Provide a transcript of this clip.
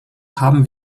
haben